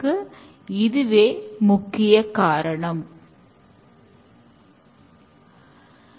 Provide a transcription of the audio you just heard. Coding மேம்படுத்தப்பட்டு சிறந்த தரமான code ஆக மாற்றப்பட்டு அடுத்த அம்சத்திற்கு செல்கிறது